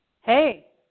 Hey